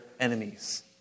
enemies